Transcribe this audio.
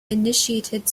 initiated